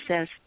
says